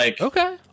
Okay